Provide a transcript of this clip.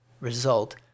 result